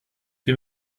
bin